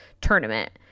tournament